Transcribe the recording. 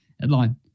Headline